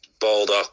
Baldock